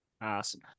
Awesome